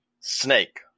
snake